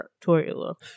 tutorial